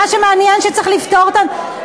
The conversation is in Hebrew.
מה שמעניין זה שצריך לפטור אותן,